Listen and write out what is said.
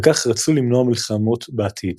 וכך רצו למנוע מלחמות בעתיד.